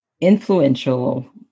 influential